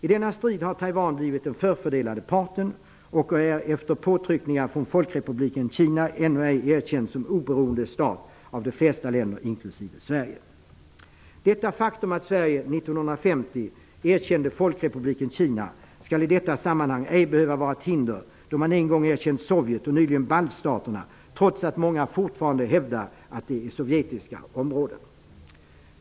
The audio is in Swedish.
I denna strid har Taiwan blivit den förfördelade parten och är efter påtryckningar från folkrepubliken Kina ännu ej erkänd som oberoende stat av de flesta länder, inklusive Sverige. Det faktum att Sverige 1950 erkände folkrepubliken Kina skall i detta sammanhang ej behöva vara ett hinder, eftersom man en gång erkände Sovjet och nyligen har erkänt Baltstaterna, trots att många fortfarande hävdar att de är sovjetiska områden.